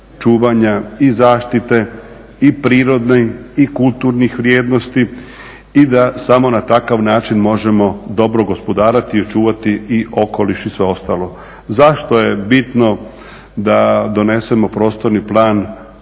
i zaštita i prirodnih i kulturnih vrijednosti i da samo na takav način možemo dobro gospodariti i očuvati okoliš i sve ostalo. Zašto je bitno da donesemo Prostorni plan